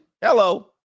Hello